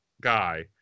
guy